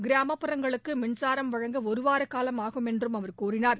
கிராமப்புறங்களுக்கு மின்சாரம் வழங்க ஒருவார காலம் ஆகும் என்றும அவர் கூறினார்